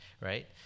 right